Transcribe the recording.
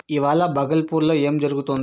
ఇవాళ బగల్పూర్లో ఏం జరుగుతోంది